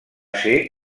ser